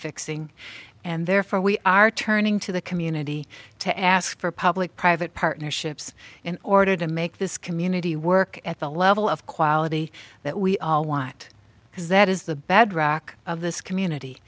fixing and therefore we are turning to the community to ask for public private partnerships in order to make this community work at the level of quality that we all want because that is the bedrock of this community